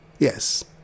Yes